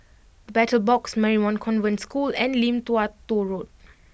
The Battle Box Marymount Convent School and Lim Tua Tow Road